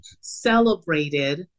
celebrated